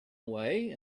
away